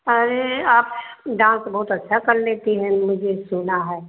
अरे आप डांस बहुत अच्छा कर लेती हैं मुझे सुना है